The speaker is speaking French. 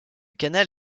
canal